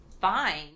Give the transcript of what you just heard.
fine